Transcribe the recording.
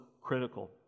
critical